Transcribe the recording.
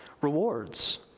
rewards